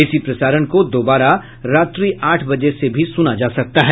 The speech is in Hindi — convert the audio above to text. इसी प्रसारण को दोबारा रात्रि आठ बजे से भी सुना जा सकता है